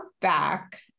back